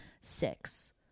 six